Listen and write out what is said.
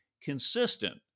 consistent